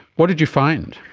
what did you find?